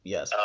Yes